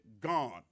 gone